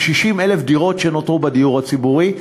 של 60,000 דירות שנותרו בדיור הציבורי.